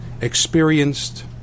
experienced